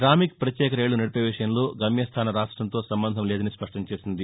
శామిక్ ఫత్యేక రైళ్లు నడిపే విషయంలో గమ్యస్దాన రాష్టంతో సంబంధం లేదని స్పష్టం చేసింది